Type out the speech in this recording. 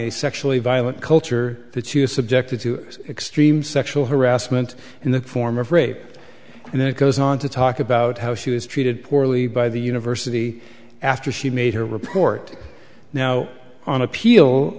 a sexually violent culture that she was subjected to extreme sexual harassment in the form of rape and then it goes on to talk about how she was treated poorly by the university after she made her report now on appeal